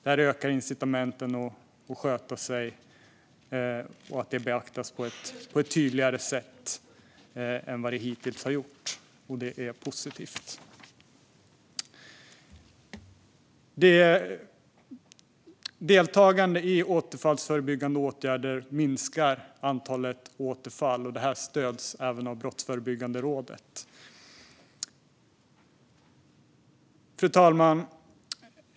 Det ökar incitamenten att sköta sig, och skötsamhet beaktas på ett tydligare sätt än vad som hittills varit fallet. Det är positivt. Deltagande i återfallsförebyggande åtgärder minskar antalet återfall. Detta stöds även av Brottsförebyggande rådet. Fru talman!